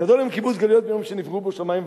גדול הוא קיבוץ גלויות מיום שנבראו בו שמים וארץ.